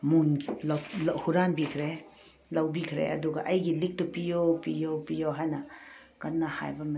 ꯍꯨꯔꯥꯟꯕꯤꯈ꯭ꯔꯦ ꯂꯧꯕꯤꯈ꯭ꯔꯦ ꯑꯗꯨꯒ ꯑꯩꯒꯤ ꯂꯤꯛꯇꯨ ꯄꯤꯌꯣ ꯄꯤꯌꯣ ꯄꯤꯌꯣ ꯍꯥꯏꯅ ꯀꯟꯅ ꯍꯥꯏꯕ ꯃꯇꯝꯗ